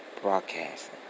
Broadcasting